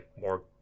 more